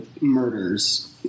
murders